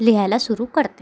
लिहायला सुरु करते